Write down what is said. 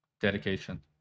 Dedication